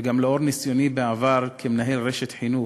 וגם לאור ניסיוני בעבר כמנהל רשת חינוך,